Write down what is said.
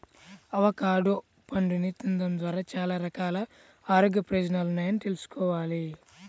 avocado పండుని తినడం ద్వారా చాలా రకాల ఆరోగ్య ప్రయోజనాలున్నాయని తెల్సుకోవాలి